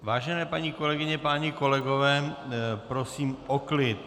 Vážené paní kolegyně, páni kolegové, prosím o klid!